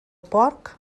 porc